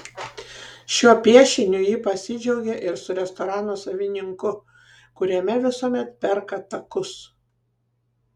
šiuo piešiniu ji pasidžiaugė ir su restorano savininku kuriame visuomet perka takus